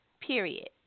Period